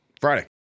Friday